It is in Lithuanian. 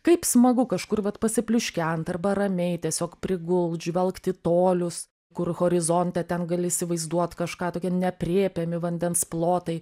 kaip smagu kažkur vat pasipliuškent arba ramiai tiesiog prigult žvelgt į tolius kur horizonte ten gali įsivaizduot kažką tokie neaprėpiami vandens plotai